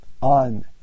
on